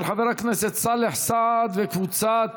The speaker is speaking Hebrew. של חבר הכנסת סאלח סעד וקבוצת